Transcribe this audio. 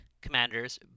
commanders